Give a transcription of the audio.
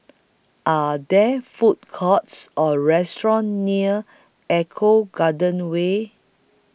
Are There Food Courts Or restaurants near Eco Garden Way